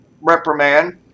reprimand